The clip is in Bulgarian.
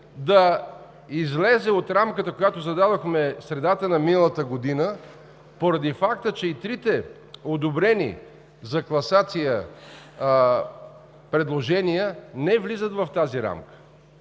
да излезе от рамката, която зададохме в средата на миналата година, поради факта, че и трите одобрени за класация предложения не влизат в тази рамка.